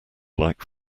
like